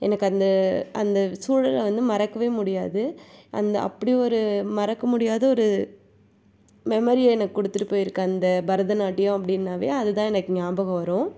எனக்கு அந்த அந்த சூழலை வந்து மறக்கவே முடியாது அந்த அப்படி ஒரு மறக்க முடியாத ஒரு மெமரியை எனக்கு கொடுத்துட்டு போயிருக்கு அந்த பரதநாட்டியம் அப்படினாவே அது தான் எனக்கு ஞாபகம் வரும்